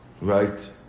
right